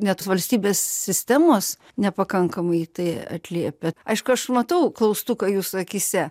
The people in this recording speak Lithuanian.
net valstybės sistemos nepakankamai tai atliepia aišku aš matau klaustuką jūsų akyse